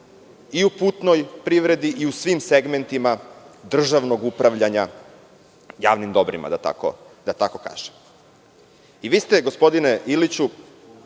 i u putnoj privredi i u svim segmentima državnog upravljanja javnim dobrima, da tako kažem. Vi ste, gospodine Iliću,